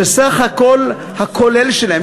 שסך הכול הכולל שלהם,